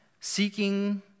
seeking